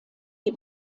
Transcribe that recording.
die